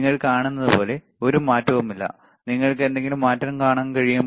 നിങ്ങൾ കാണുന്നതുപോലെ ഒരു മാറ്റവുമില്ല നിങ്ങൾക്ക് എന്തെങ്കിലും മാറ്റം കാണാൻ കഴിയുമോ